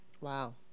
Wow